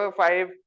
five